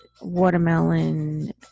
Watermelon